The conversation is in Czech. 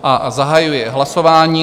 A zahajuji hlasování.